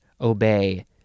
obey